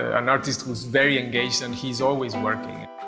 an artist whose very engaged and he's always working.